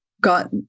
got